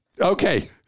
Okay